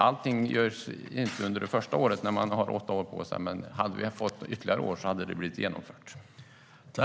Allting görs inte under det första året när man har åtta år på sig. Hade vi fått ytterligare år hade det blivit genomfört.